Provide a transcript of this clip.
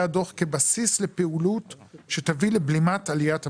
הדוח כבסיס לפעילות שתביא לבלימת עליית המחירים.